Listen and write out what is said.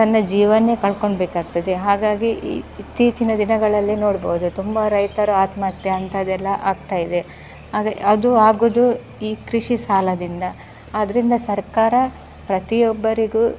ತನ್ನ ಜೀವಾನೇ ಕಳ್ಕೊಂಬೇಕಾಗ್ತದೆ ಹಾಗಾಗಿ ಇ ಇತ್ತೀಚಿನ ದಿನಗಳಲ್ಲಿ ನೋಡ್ಬೌದು ತುಂಬ ರೈತರು ಆತ್ಮಹತ್ಯೆ ಅಂಥದ್ದೆಲ್ಲ ಆಗ್ತಾ ಇದೆ ಆದರೆ ಅದು ಆಗೋದು ಈ ಕೃಷಿ ಸಾಲದಿಂದ ಆದ್ದರಿಂದ ಸರ್ಕಾರ ಪ್ರತಿಯೊಬ್ಬರಿಗೂ